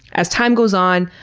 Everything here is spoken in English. as time goes on,